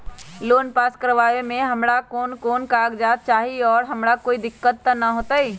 Loan पास करवावे में हमरा कौन कौन कागजात चाही और हमरा कोई दिक्कत त ना होतई?